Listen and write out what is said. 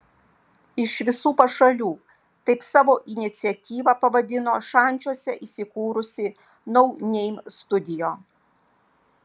iš visų pašalių taip savo iniciatyvą pavadino šančiuose įsikūrusi no name studio